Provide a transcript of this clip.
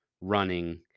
running